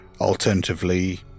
Alternatively